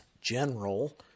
general